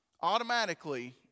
Automatically